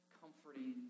comforting